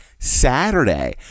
Saturday